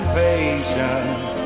patience